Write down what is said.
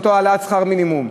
העלאת שכר המינימום,